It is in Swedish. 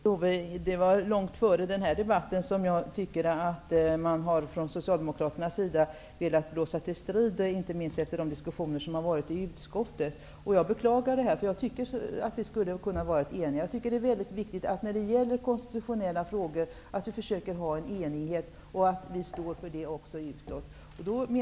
Herr talman! Det var långt före den här debatten som jag tyckte att Socialdemokraterna ville blåsa till strid, inte minst efter de diskussioner som har förts i utskottet. Det beklagar jag, därför att vi borde ha kunnat enas. När det gäller konstitutionella frågor är det viktigt att uppnå enighet och att stå eniga utåt.